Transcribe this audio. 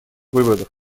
выводов